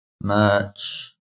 Merch